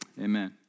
amen